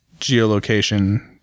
geolocation